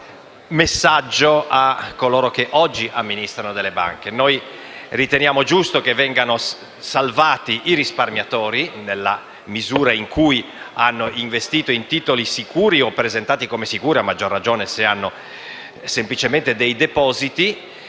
un messaggio rivolto a coloro che oggi amministrano delle banche. Noi riteniamo giusto che vengano salvati i risparmiatori, nella misura in cui hanno investito in titoli sicuri o presentati come tali (a maggior ragione se hanno semplicemente dei depositi),